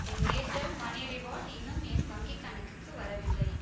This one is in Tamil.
என் ஏர்டெல் மணி ரிவார்டு இன்னும் என் வங்கி கணக்குக்கு வரவில்லை